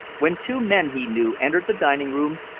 when two men he knew entered the dining-room,